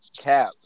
Cap